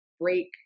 break